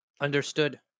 Understood